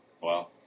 Wow